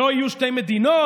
לא יהיו שתי מדינות?